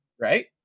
right